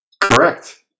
Correct